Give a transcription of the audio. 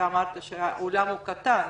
אמרת שהאולם הוא קטן,